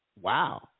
Wow